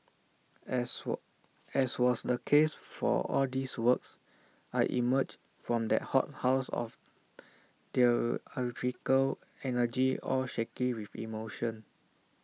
as were as was the case for all these works I emerged from that hothouse of theatrical energy all shaky with emotion